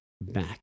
back